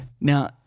now